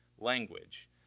language